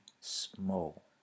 small